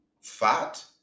fat